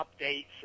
updates